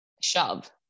shove